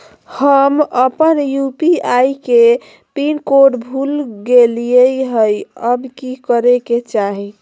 हम अपन यू.पी.आई के पिन कोड भूल गेलिये हई, अब की करे के चाही?